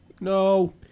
No